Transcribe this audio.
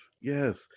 yes